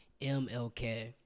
mlk